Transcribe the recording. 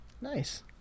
Nice